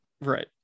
Right